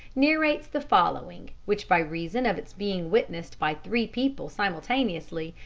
narrates the following, which by reason of its being witnessed by three people simultaneously,